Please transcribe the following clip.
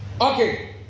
Okay